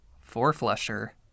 Four-flusher